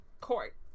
court